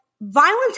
violence